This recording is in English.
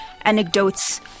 anecdotes